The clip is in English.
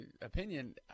opinion